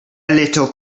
little